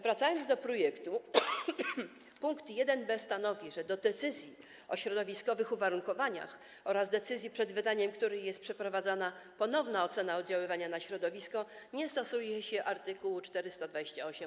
Wracając do projektu, pkt 1b stanowi, że do decyzji o środowiskowych uwarunkowaniach oraz do decyzji, przed wydaniem której jest przeprowadzana ponowna ocena oddziaływania na środowisko, nie stosuje się art. 428